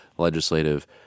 legislative